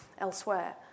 elsewhere